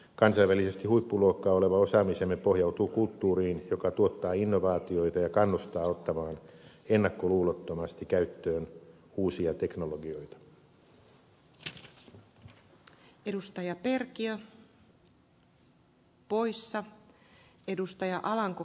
kansainvälisesti huippuluokkaa oleva osaamisemme pohjautuu kulttuuriin joka tuottaa innovaatioita ja kannustaa ottamaan ennakkoluulottomasti käyttöön uusia teknologioita